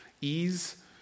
ease